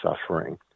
suffering